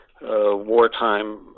wartime